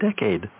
decade